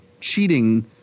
cheating